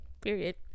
Period